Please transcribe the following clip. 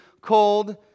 cold